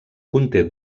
conté